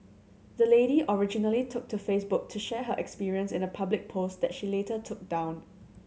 the lady originally took to Facebook to share her experience in a public post that she later took down